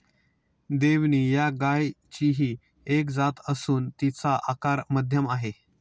देवणी या गायचीही एक जात असून तिचा आकार मध्यम आहे